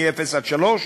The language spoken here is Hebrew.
מאפס עד שלוש,